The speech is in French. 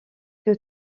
que